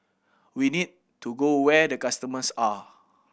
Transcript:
we need to go where the customers are